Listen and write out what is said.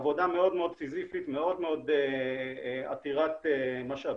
עבודה מאוד מאוד סיזיפית, מאוד מאוד עתירת משאבים.